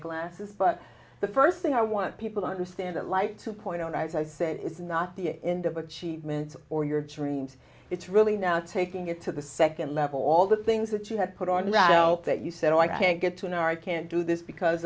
glasses but the first thing i want people to understand that like to point out as i said it's not the end of a cheeseman or your dreams it's really now taking it to the second level all the things that you have put on that you said i can't get to an art can do this because